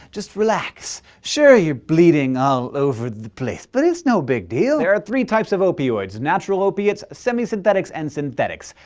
just relax. sure, you're bleeding all over the place, but it's no big deal. there are three types of opioids natural opiates, semi-synthetics, and synthetics.